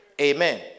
Amen